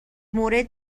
مورد